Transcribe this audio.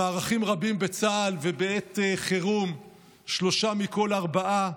במערכים רבים בצה"ל ובעת חירום שלושה מכל ארבעה